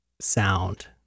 sound